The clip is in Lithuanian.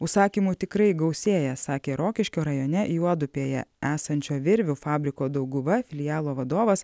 užsakymų tikrai gausėja sakė rokiškio rajone juodupėje esančio virvių fabriko dauguva filialo vadovas